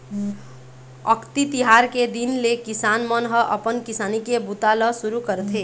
अक्ती तिहार के दिन ले किसान मन ह अपन किसानी के बूता ल सुरू करथे